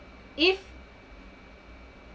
if